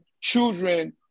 children